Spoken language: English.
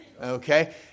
Okay